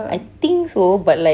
I think so but like